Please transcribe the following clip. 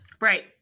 Right